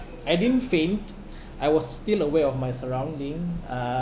I didn't faint I was still aware of my surrounding uh